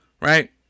Right